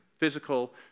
physical